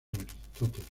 aristóteles